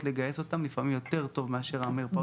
לגייס אותם לפעמים אפילו יותר טוב מאשר המרפאות הממשלתיות.